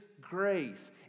grace